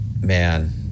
man